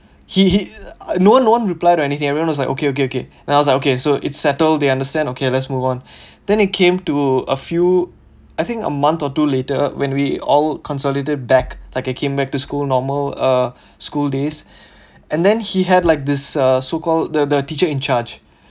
he he no one no one replied or anything everyone was like okay okay okay then I was like okay so it's settled they understand okay let's move on then it came to a few I think a month or two later when we all consolidate back like I came back to school normal uh school days and then he had like this uh so called the the teacher in charge